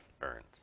earned